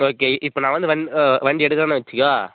okay இப்போ நான் வந்து வண்டி எடுக்கிறேன்னு வச்சுக்கோ